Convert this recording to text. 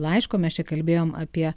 laiško mes čia kalbėjome apie